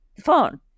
phone